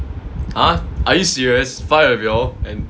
!huh! are you serious five of y'all